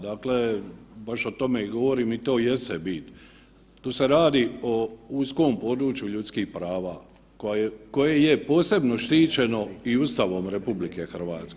Dakle, baš o tome i govorim i to jest bit, tu se radi o uskom području ljudskih prava koje je posebno štićeno i Ustavom RH.